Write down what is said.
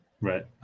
Right